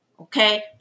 Okay